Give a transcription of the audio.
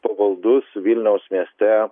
pavaldus vilniaus mieste